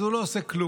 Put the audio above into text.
אז הוא לא עושה כלום.